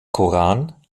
koran